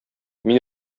мин